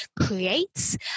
creates